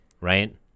right